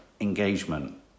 engagement